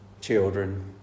children